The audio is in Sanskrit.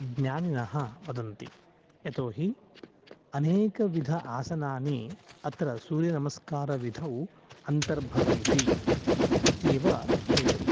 ज्ञानिनः वदन्ति यतोऽहि अनेकविध आसनानि अत्र सूर्यनमस्कारविधौ अन्तर्भवन्ति इत्येव हेतुः